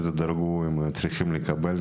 צריך לחשוב טוב אילו דרגות הם צריכים לקבל.